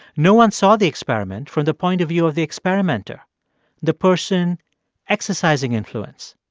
no one saw the experiment from the point of view of the experimenter the person exercising influence.